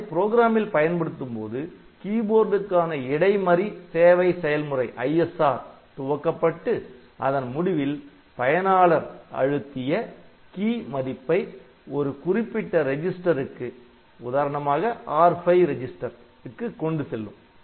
அதை ப்ரோக்ராமில் பயன்படுத்தும்போது கீபோர்டுக்கான இடைமறி சேவை செயல்முறை துவக்கப்பட்டு அதன் முடிவில் பயனாளர் அழுத்திய கீ மதிப்பை ஒரு குறிப்பிட்ட ரிஜிஸ்டருக்கு உதாரணமாக R5 கொண்டு செல்லும்